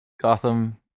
Gotham